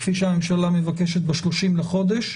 כפי שהממשלה מבקשת ב-30 בחודש,